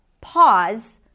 pause